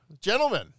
Gentlemen